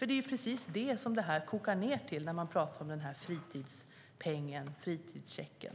Det är precis det som det kokar ned till när man pratar om den här fritidschecken.